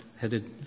headed